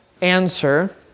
answer